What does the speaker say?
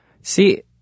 See